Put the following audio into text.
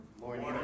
morning